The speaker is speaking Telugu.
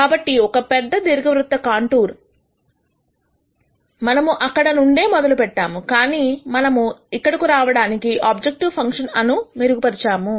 కాబట్టి ఒక పెద్ద దీర్ఘ వృత్త కాంటూర్ మనము అక్కడ నుండే మొదలు పెట్టాము కానీ మనము ఇక్కడకు రావడానికి ఆబ్జెక్టివ్ ఫంక్షన్ ను మెరుగు పరిచాము